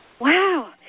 wow